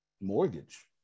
Mortgage